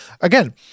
again